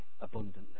abundantly